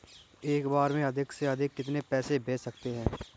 एक बार में अधिक से अधिक कितने पैसे भेज सकते हैं?